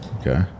Okay